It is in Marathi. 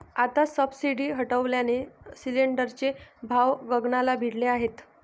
आता सबसिडी हटवल्याने सिलिंडरचे भाव गगनाला भिडले आहेत